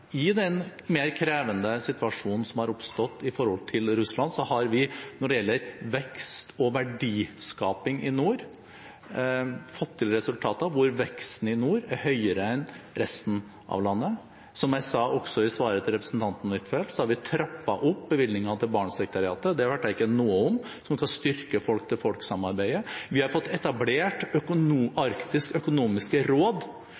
I den mer krevende situasjonen som har oppstått i forholdet til Russland, har vi når det gjelder vekst og verdiskaping i nord, fått til resultater der veksten i nord er høyere enn i resten av landet. Som jeg sa også i svaret til representanten Huitfeldt, har vi trappet opp bevilgningene til Barentssekretariatet – det hørte jeg ikke noe om – som skal styrke folk-til-folk-samarbeidet. Vi har fått etablert Arktisk økonomisk råd